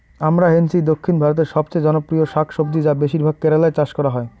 আমরান্থেইসি দক্ষিণ ভারতের সবচেয়ে জনপ্রিয় শাকসবজি যা বেশিরভাগ কেরালায় চাষ করা হয়